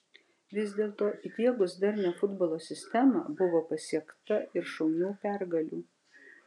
vis dėlto įdiegus darnią futbolo sistemą buvo pasiekta ir šaunių pergalių